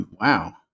Wow